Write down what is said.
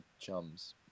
chums